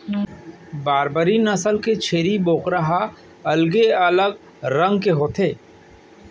बारबरी नसल के छेरी बोकरा ह अलगे अलग रंग के होथे